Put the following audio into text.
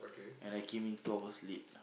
and I came in two hours late